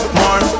more